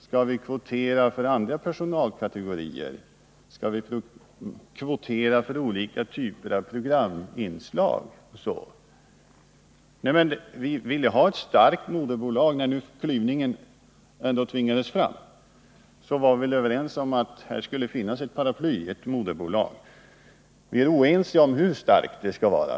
Skall vi kvotera för andra personalkategorier, och skall vi kvotera för olika typer av programinslag också? Vi villjha ett starkt moderbolag. När nu klyvningen ändå tvingades fram, var vi överens om att det skulle finnas ett paraply, ett moderbolag, men vi är oense om hur starkt det skall vara.